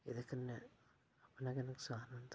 एह्दे कन्नै अपना गै नकसान होंदा